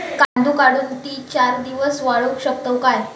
कांदो काढुन ती चार दिवस वाळऊ शकतव काय?